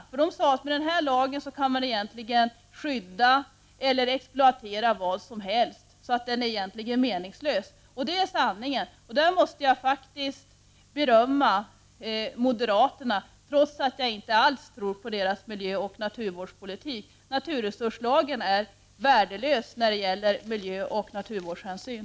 Moderaterna sade att med den här lagen kan man egentligen skydda eller exploatera vad som helst, så den är egentligen meningslös. Det är sanning. Jag måste faktiskt berömma moderaterna, trots att jag inte alls tror på deras miljöoch naturvårdspolitik. Naturresurslagen är värdelös när det gäller miljöoch naturvårdshänsyn.